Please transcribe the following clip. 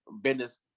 business